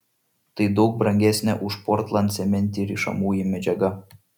tai daug brangesnė už portlandcementį rišamoji medžiaga